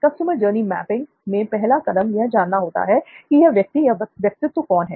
customer journey mapping मैं पहला कदम यह जानना होता है कि यह व्यक्ति या व्यक्तित्व कौन है